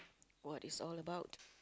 what it's all about